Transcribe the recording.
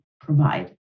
provide